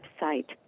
website